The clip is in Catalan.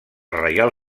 reial